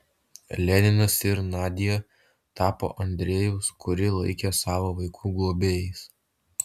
leninas ir nadia tapo andrejaus kurį laikė savo vaiku globėjais